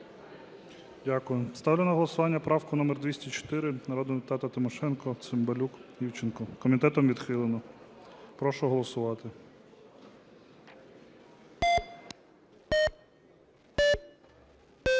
Дякую. Ставлю на голосування правку номер 204 народних депутатів Тимошенко, Цимбалюк, Івченко. Комітетом відхилено. Прошу голосувати.